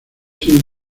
sin